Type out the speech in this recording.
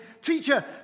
Teacher